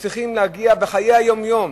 בחיי היום-יום.